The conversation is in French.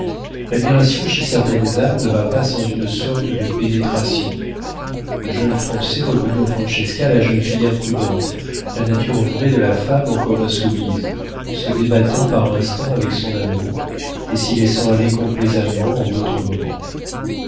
l'admiration chez certaines âmes ne va pas sans une sorte de pénétration le jeune français reconnut en francesca la jeune fille imprudente la nature vraie de la femme encore insoumise se débattant par instants avec son amour et s'y laissant aller complaisamment en d'autres moments